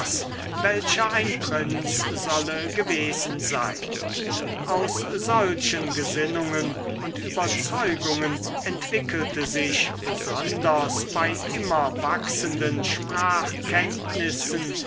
welcher ein prinz solle gewesen sein aus solchen gesinnungen und überzeugungen entwickelte sich besonders bei immer wachsenden sprachkenntnissen